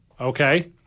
Okay